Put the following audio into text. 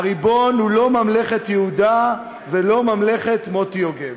הריבון הוא לא ממלכת יהודה ולא ממלכת מוטי יוגב.